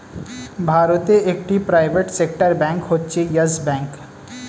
ভারতে একটি private sector bank হচ্ছে ইয়েস ব্যাঙ্ক